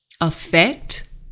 affect